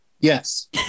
Yes